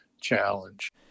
challenge